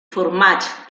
formats